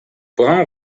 brun